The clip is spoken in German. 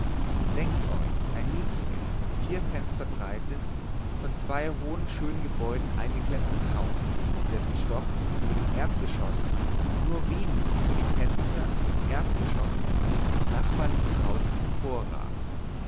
denkt euch ein niedriges vier fenster breites von zwei hohen schönen gebäuden eingeklemmtes haus dessen stock über dem erdgeschoß nur wenig über die fenster im erdgeschoß des nachbarlichen hauses hervorragt